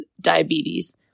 diabetes